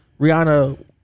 Rihanna